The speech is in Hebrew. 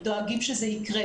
דואגים שזה יקרה.